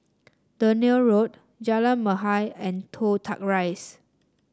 Dunearn Road Jalan Mahir and Toh Tuck Rise